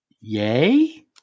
Yay